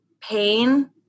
pain